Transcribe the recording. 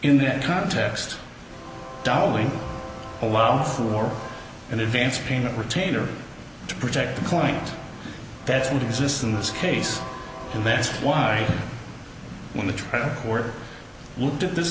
in that context dolling allow for an advance payment retainer to protect the client that's what exists in this case and that's why when the trial were looked at this